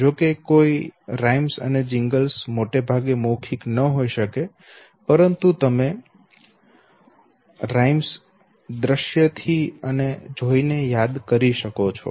જો કે કોઈ છંદો અને જિંગલ્સ મોટે ભાગે મૌખિક ન હોઇ શકે પરંતુ તમે છંદો દ્રશ્ય થી અને જોઈને યાદ કરી શકો છો